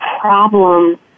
problem